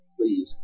please